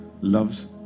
loves